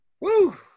Woo